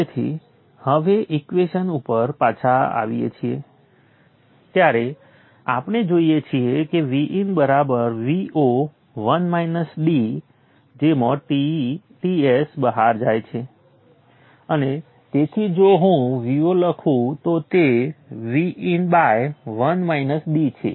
તેથી હવે અહીં ઈક્વેશન ઉપર પાછા આવીએ છીએ ત્યારે આપણે જોઈએ છીએ કે Vin Vo જેમાં Ts બહાર જાય છે અને તેથી જો હું Vo લખું તો તે Vin છે